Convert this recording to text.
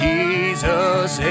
Jesus